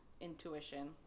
intuition